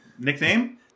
nickname